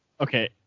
Okay